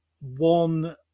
one